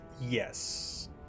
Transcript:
Yes